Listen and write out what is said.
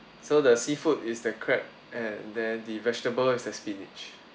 so the seafood is the crab and then the vegetable is the spinach